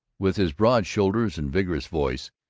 with his broad shoulders and vigorous voice,